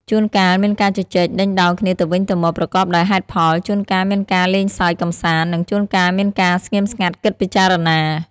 ជួនកាលមានការជជែកដេញដោលគ្នាទៅវិញទៅមកប្រកបដោយហេតុផល ជួនកាលមានការលេងសើចកម្សាន្ត និងជួនកាលមានការស្ងៀមស្ងាត់គិតពិចារណា។